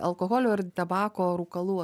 alkoholio ir tabako rūkalų